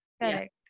correct